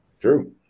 True